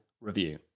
review